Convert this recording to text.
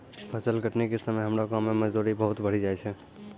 फसल कटनी के समय हमरो गांव मॅ मजदूरी बहुत बढ़ी जाय छै